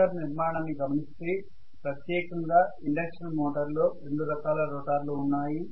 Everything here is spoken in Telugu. రోటర్ నిర్మాణాన్ని గమనిస్తే ప్రత్యేకంగా ఇండక్షన్ మోటార్ లో రెండు రకాల రోటర్ లు ఉన్నాయి